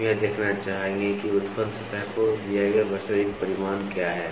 हम यह देखना चाहेंगे कि उत्पन्न सतह को दिया गया वास्तविक परिमाण क्या है